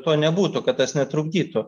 to nebūtų kad tas netrukdytų